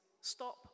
stop